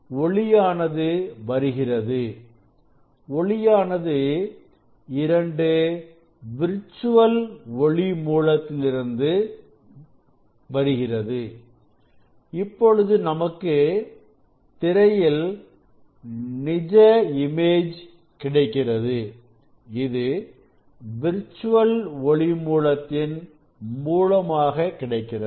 ஒளியானது வருகிறது ஒளியானது இரண்டு விர்ச்சுவல் ஒளி மூலத்திலிருந்து வருகிறது இப்பொழுது நமக்குத் திரையில் நிஜ இமேஜ் கிடைக்கிறது இது விர்ச்சுவல் ஒளி மூலத்தின் மூலமாக கிடைக்கிறது